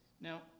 Now